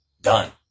done